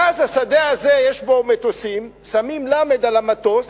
ואז השדה הזה, יש בו מטוסים, שמים "ל" על המטוס,